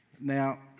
Now